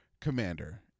Commander